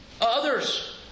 Others